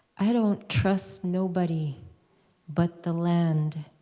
i don't trust nobody but the land,